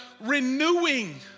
renewing